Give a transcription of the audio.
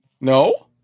No